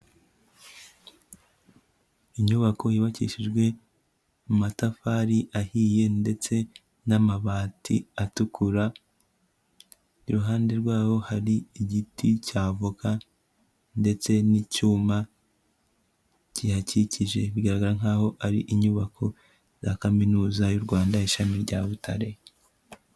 Inyubako yubakishijwe amatafari ahiye, ndetse n'amabati atukura. Iruhande rwaho hari igiti cya avoka, ndetse n'icyuma, kihakikije. Bigaragara nkaho ari inyubako za kaminuza y'u Rwanda ishami rya Butare